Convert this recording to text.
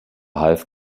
half